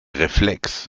reflex